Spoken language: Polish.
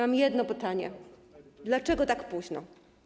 Mam jedno pytanie: Dlaczego tak późno?